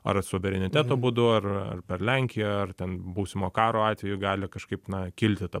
ar suvereniteto būdu ar ar per lenkiją ar ten būsimo karo atveju gali kažkaip na kilti ta